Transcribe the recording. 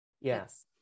Yes